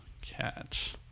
catch